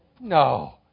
No